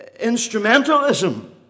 instrumentalism